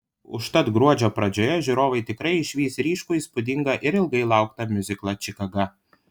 užtat gruodžio pradžioje žiūrovai tikrai išvys ryškų įspūdingą ir ilgai lauktą miuziklą čikaga